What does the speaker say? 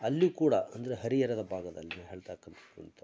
ಅಲ್ಲಿ ಕೂಡ ಅಂದರೆ ಹರಿಹರದ ಭಾಗದಲ್ಲಿ ನಾ ಹೇಳ್ತಾ